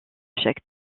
chaque